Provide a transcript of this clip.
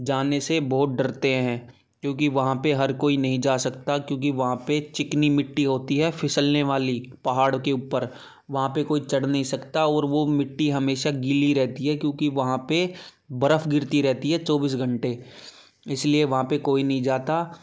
जाने से बहुत डरते हैं क्योंकि वहाँ पर हर कोई नहीं जा सकता क्योंकि वहाँ पर चिकनी मिट्टी होती है फ़िसलने वाली पहाड़ के ऊपर वहाँ पर कोई चढ़ नहीं सकता और वह मिट्टी हमेशा गीली रहती है क्योंकि वहाँ पर बर्फ़ गिरती रहती है चौबीस घंटे इसलिए वहाँ पर कोई नहीं जाता